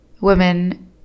women